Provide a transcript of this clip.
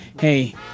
hey